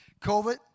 COVID